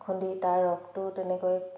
খুন্দি তাৰ ৰসটো তেনেকৈ